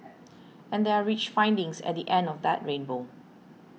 and there are rich findings at the end of that rainbow